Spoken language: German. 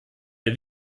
wir